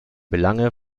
belange